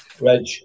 Reg